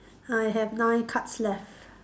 I have nine cards left